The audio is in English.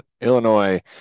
Illinois